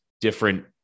different